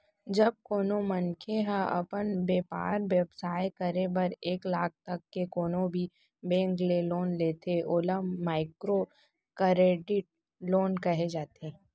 जब कोनो मनखे ह अपन बेपार बेवसाय करे बर एक लाख तक के कोनो भी बेंक ले लोन लेथे ओला माइक्रो करेडिट लोन कहे जाथे